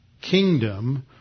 kingdom